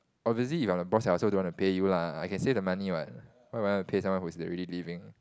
obviously if I were the boss I also don't wanna pay you lah I could save the money what why would I wanna pay someone who is already leaving